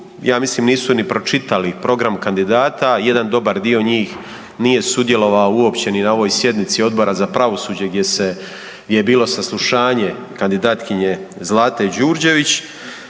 ja mislim nisu ni pročitali program kandidata, jedan dobar dio njih nije sudjelovao uopće ni na ovoj sjednici Odbora za pravosuđa gdje je bilo saslušanje kandidatkinje Zlate Đurđević